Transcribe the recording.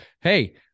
Hey